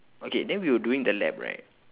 okay then we were doing the lab right